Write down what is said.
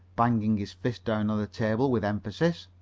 banging his fist down on the table with emphasis.